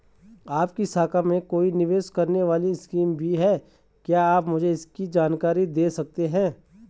आपकी शाखा में कोई निवेश करने वाली स्कीम भी है क्या आप मुझे इसकी जानकारी दें सकते हैं?